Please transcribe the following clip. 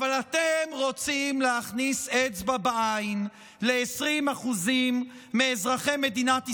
אתם רוצים להכניס אצבע בעין ל-20% מאזרחי מדינת ישראל.